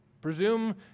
Presume